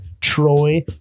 Troy